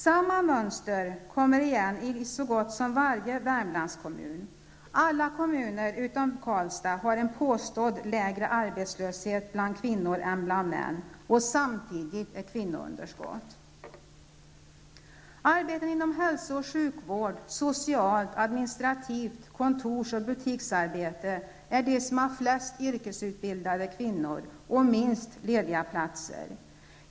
Samma mönster kommer igen i så gott som varje Karlstad har en påstått lägre arbetslöshet bland kvinnor än bland män och samtidigt ett kvinnounderskott. Arbeten inom hälso och sjukvård, socialt och administrativt arbete, kontors och butiksarbete har flest yrkesutbildade kvinnor och minst lediga platser.